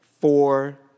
four